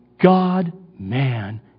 God-man